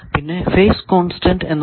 പിന്നെ phase constant എന്നത്